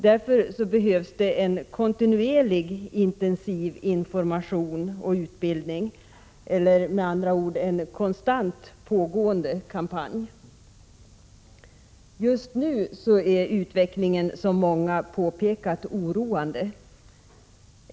Därför behövs en kontinuerlig intensiv information och utbildning eller med andra ord en konstant pågående kampanj. Just nu är utvecklingen, som många påpekat, oroande.